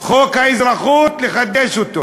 חוק האזרחות, לחדש אותו,